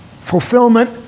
fulfillment